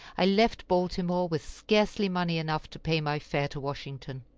i left baltimore with scarcely money enough to pay my fare to washington.